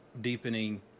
deepening